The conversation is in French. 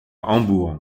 hambourg